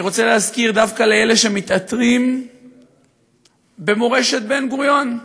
אני רוצה להזכיר דווקא לאלה שמתעטרים במורשת בן-גוריון,